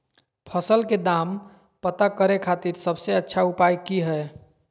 फसल के दाम पता करे खातिर सबसे अच्छा उपाय की हय?